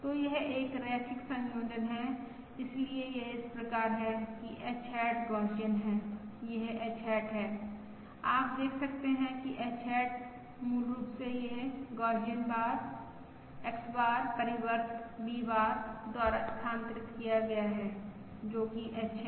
तो यह एक रैखिक संयोजन है इसलिए यह इस प्रकार है कि h हैट गौसियन है यह h हैट है आप देख सकते हैं कि h हैट मूल रूप से यह गौसियन X बार परिवर्त V बार द्वारा स्थानांतरित किया गया है जो कि h है